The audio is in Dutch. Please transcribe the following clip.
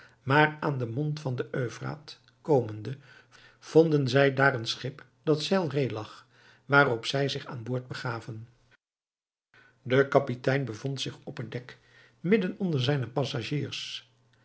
maar aan den mond van den euphraat komende vonden zij daar een schip dat zeilree lag waarop zij zich aan boord begaven de kapitein bevond zich op het dek midden onder zijne passagiers